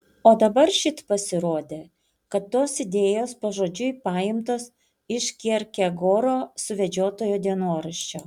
o dabar šit pasirodė kad tos idėjos pažodžiui paimtos iš kjerkegoro suvedžiotojo dienoraščio